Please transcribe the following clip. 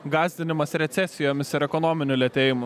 gąsdinimas recesijomis ir ekonominiu lėtėjimu